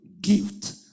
gift